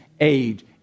age